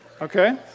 Okay